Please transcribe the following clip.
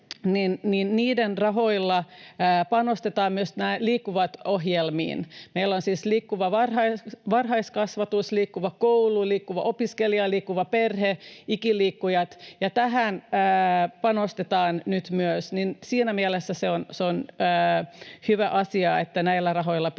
niiden rahoilla panostetaan myös Liikkuva-ohjelmiin. Meillä on siis Liikkuva varhaiskasvatus, Liikkuva koulu, Liikkuva opiskelu, Liikkuva perhe ja Ikiliikkuja. Tähän panostetaan nyt myös, ja siinä mielessä se on hyvä asia, että näillä rahoilla